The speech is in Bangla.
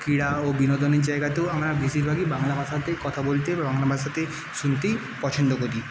ক্রীড়া ও বিনোদনের জায়গাতেও আমরা বেশিরভাগই বাংলা ভাষাতেই কথা বলতে বা বাংলা ভাষাতেই শুনতেই পছন্দ করি